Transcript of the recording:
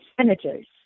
senators